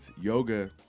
yoga